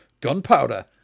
gunpowder